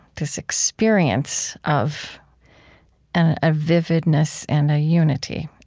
this experience of and a vividness and a unity.